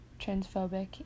transphobic